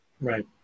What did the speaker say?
Right